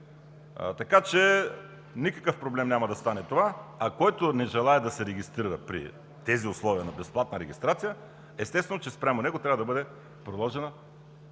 Така че никакъв проблем няма да стане това, а който не желае да се регистрира при тези условия на безплатна регистрация, естествено, че спрямо него трябва да бъде приложена